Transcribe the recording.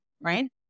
right